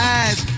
eyes